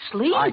Sleep